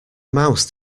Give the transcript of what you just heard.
mouse